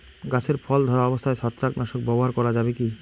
গাছে ফল ধরা অবস্থায় ছত্রাকনাশক ব্যবহার করা যাবে কী?